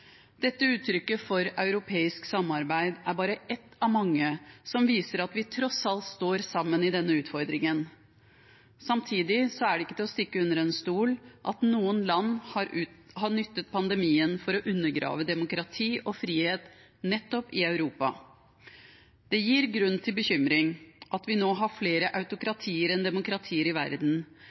Dette uttrykket for europeisk samarbeid er bare ett av mange som viser at vi tross alt står sammen i denne utfordringen. Samtidig er det ikke til å stikke under stol at noen land har utnyttet pandemien for å undergrave demokrati og frihet nettopp i Europa. Det gir grunn til bekymring at vi nå har flere autokratier enn demokratier i verden,